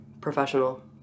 professional